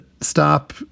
stop